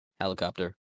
helicopter